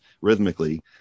rhythmically